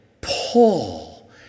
Paul